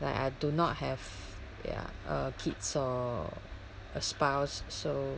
like I do not have ya uh kids or a spouse so